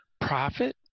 profit